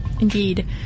Indeed